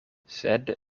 sed